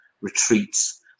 retreats